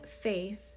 faith